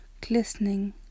glistening